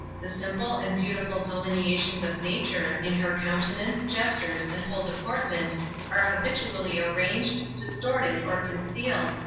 the simple and beautiful delineations of nature, in her countenance, gestures and whole deportment are habitually arranged, distorted, or concealed,